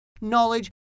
knowledge